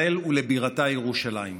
את כיסופיה לארץ ישראל ולבירתה ירושלים.